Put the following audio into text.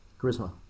Charisma